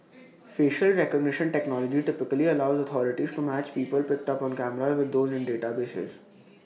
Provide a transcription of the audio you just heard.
facial recognition technology typically allows authorities to match people picked up on cameras with those in databases